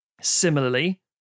Similarly